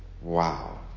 Wow